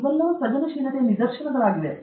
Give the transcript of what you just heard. ಇವೆಲ್ಲವೂ ಸೃಜನಶೀಲತೆಯ ನಿದರ್ಶನಗಳಾಗಿವೆ